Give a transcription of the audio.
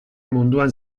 munduan